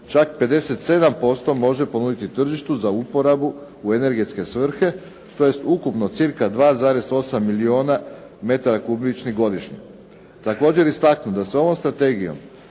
čak 57% može ponuditi tržištu za uporabu u energetske svrhe tj. ukupno cca 2,8 milijuna metara kubičnih godišnje. Također je istaknuo da se ovom strategijom